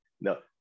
no